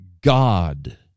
God